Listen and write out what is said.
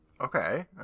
Okay